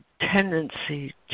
tendency